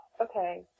Okay